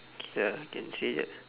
K lah can say that